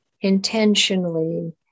intentionally